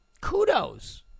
Kudos